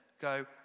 go